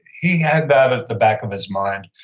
he had that at the back of his mind.